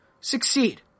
succeed